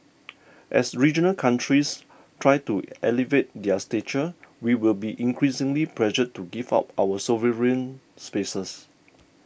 as regional countries try to elevate their stature we will be increasingly pressured to give up our sovereign spaces